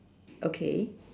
okay